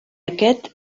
aquest